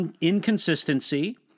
inconsistency